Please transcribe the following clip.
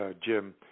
Jim